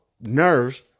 nerves